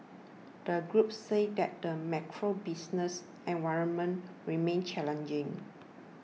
the group said that the macro business environment remains challenging